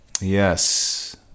Yes